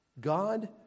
God